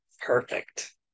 perfect